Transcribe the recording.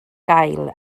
gael